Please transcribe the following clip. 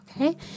Okay